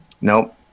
nope